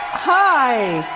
hi,